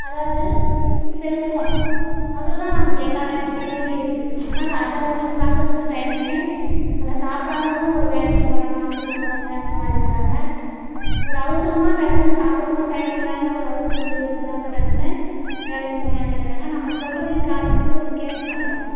அதாவது செல்ஃபோன் அதில்தான் நம்மளுக்கு எல்லா வே வேலையுமே இருக்குது அதனாலே அதை அவர்களுக்கு பார்க்கறத்துக்கு டைமீங்கு சாப்பிடாம கூட ஒரு வேலைக்கு போகிறாங்க ஆஃபீஸ் போகிறாங்க அந்த மாதிரி இருக்கிறாங்க ஒரு அவசரமாக டக்குனு சாப்பிட கூட டைம் இல்லாத ஒரு அவசர முடிவு எடுக்கறாங்க டக்குன்னு வேலைக்கு போகணும் நினைக்கிறாங்க நம்ம சொல்றதையும் காது கொடுத்து அவங்க கேட்க மாட்டேறாங்க